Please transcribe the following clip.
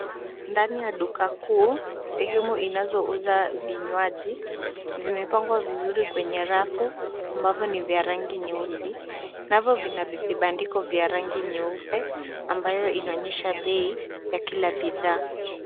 Ndani ya duka kuu, sehemu inazouza vinywaji vimepangwa vizuri kwenye rafu ambavyo ni vya rangi nyeusi navyo vina vibandiko vya rangi nyeupe ambayo inaonyesha bei ya kila bidhaa.